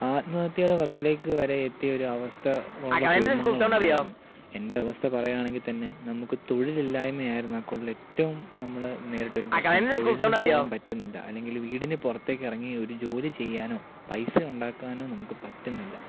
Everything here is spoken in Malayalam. ആത്മഹത്യയുടെ വക്കിലേക്ക് വരെ എത്തിയ അവസ്ഥയുള്ള കുടുംബങ്ങൾ ഉണ്ടായിരുന്നു എൻ്റെ അവസ്ഥ പറയുകയാണെങ്കിൽ തന്നെ നമുക്ക് തൊഴിലില്ലായ്മ ആയിരുന്നു ഏറ്റവും നമ്മളെ നേരിട്ടൊരു പ്രശ്നം തൊഴിലിനു പോകാൻ പറ്റുന്നില്ല അല്ലെങ്കില് വീടിനു പുറത്തേക്കിറങ്ങി ഒരു ജോലി ചെയ്യാനോ പൈസ ഉണ്ടാക്കാനോ നമുക്ക് പറ്റുന്നില്ല